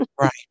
Right